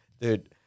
dude